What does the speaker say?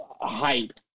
hype